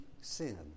sin